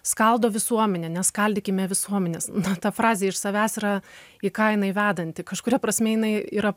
skaldo visuomenę neskaldykime visuomenės na ta frazė iš savęs yra į ką jinai vedanti kažkuria prasme jinai yra